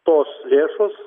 tos lėšos